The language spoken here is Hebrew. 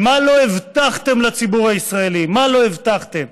מה לא הבטחתם לציבור הישראלי, מה לא הבטחתם?